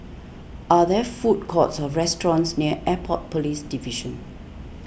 are there food courts or restaurants near Airport Police Division